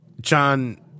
John